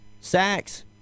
Sacks